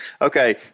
okay